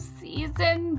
season